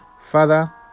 Father